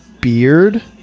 beard